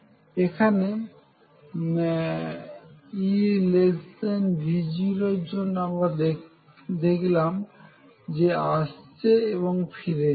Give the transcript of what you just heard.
এখন EV0 এর জন্য আমরা দেখলাম আসছে এবং ফিরে যাচ্ছে